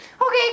Okay